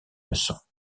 leçons